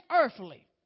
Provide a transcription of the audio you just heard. earthly